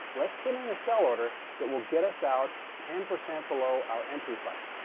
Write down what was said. let's put it in a sell order that will get us out ten percent below our entry price.